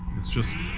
it's just